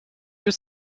you